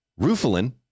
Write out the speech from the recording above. Rufalin